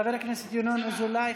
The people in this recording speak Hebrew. חבר הכנסת ינון אזולאי,